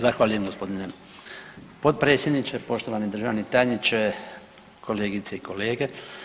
Zahvaljujem gospodine potpredsjedniče, poštovani državni tajniče, kolegice i kolege.